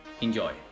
Enjoy